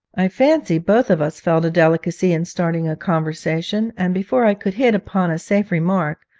i fancy both of us felt a delicacy in starting a conversation, and before i could hit upon a safe remark,